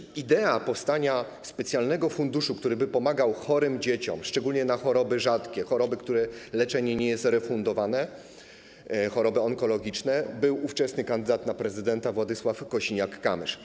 Autorem idei powstania specjalnego funduszu, który by pomagał chorym dzieciom, szczególnie na choroby rzadkie, choroby, których leczenie nie jest refundowane, choroby onkologiczne, był ówczesny kandydat na prezydenta Władysław Kosiniak-Kamysz.